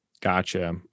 Gotcha